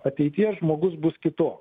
ateities žmogus bus kitoks